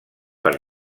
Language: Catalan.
per